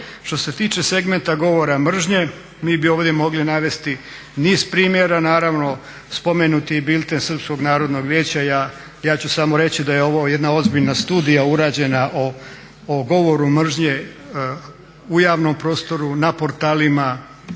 Što se tiče segmenta govora mržnje, mi bi ovdje mogli navesti niz primjera, naravno spomenuti je i bilten Srpskog narodnog vijeća, ja ću samo reći da je ovo jedna ozbiljna studija urađena o govoru mržnje u javnom prostoru, na portalima,